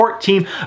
team